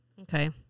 Okay